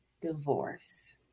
divorce